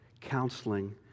counseling